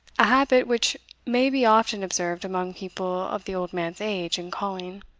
a habit which may be often observed among people of the old man's age and calling.